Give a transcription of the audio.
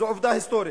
זו עובדה היסטורית.